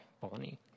Bonnie